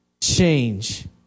change